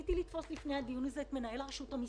ניסיתי לתפוס לפני הדיון הזה את מנהל רשות המיסים.